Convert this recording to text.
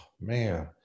man